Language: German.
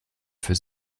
für